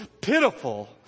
pitiful